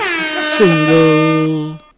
Single